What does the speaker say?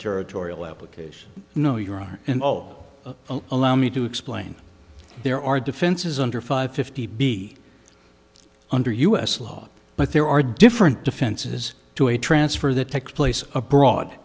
territorial application no your honor and all allow me to explain there are defenses under five fifty be under u s law but there are different defenses to a transfer that takes place abroad